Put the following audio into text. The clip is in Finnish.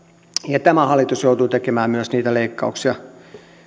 ja tämä hallitus joutuu tekemään myös niitä leikkauksia